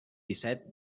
disset